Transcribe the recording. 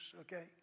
okay